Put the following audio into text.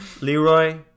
Leroy